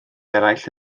eraill